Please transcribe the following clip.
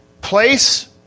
place